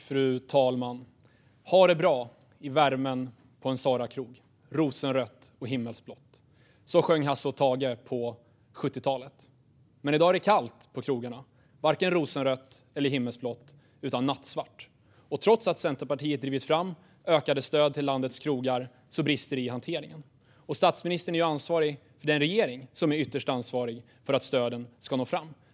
Fru talman! "Ha det bra i värmen på en Sarakrog. Rosenrött och himmelsblått." Så sjöng Hasse & Tage på 70-talet. Men i dag är det kallt på krogarna - varken rosenrött eller himmelsblått utan nattsvart. Och trots att Centerpartiet har drivit fram ökade stöd till landets krogar brister det i hanteringen. Statsministern är ju ansvarig i den regering som är ytterst ansvarig för att stöden ska nå fram.